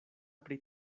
pri